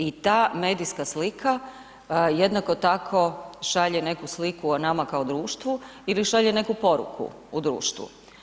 I ta medijska slika jednako tako šalje neku sliku o nama kao društvu ili šalje neku poruku u društvu.